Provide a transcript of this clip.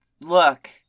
look